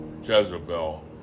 Jezebel